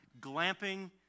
glamping